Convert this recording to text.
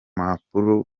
mpapuro